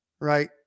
right